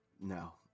No